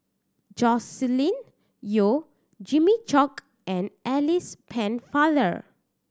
Joscelin Yeo Jimmy Chok and Alice Pennefather